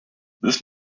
this